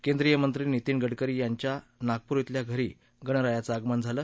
केंद्रीय मंत्री नितीन गडकरी यांच्या नागपूर शिल्या घरी गणरायाचं आगमन झालं